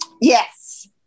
Yes